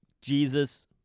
Jesus